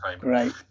right